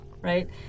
right